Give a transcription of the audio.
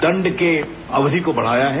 दंड की अवधि को बढाया है